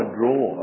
draw